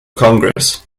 congress